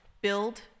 build